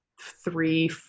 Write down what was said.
three